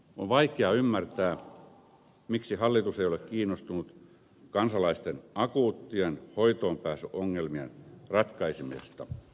on vaikea ymmärtää miksi hallitus ei ole kiinnostunut kansalaisten akuuttien hoitoonpääsyongelmien ratkaisemisesta